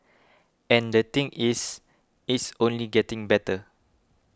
and the thing is it's only getting better